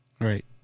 right